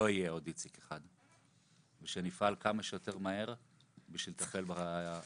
לא יהיה עוד איציק אחד ושנפעל כמה שיותר מהר לטפל בחברים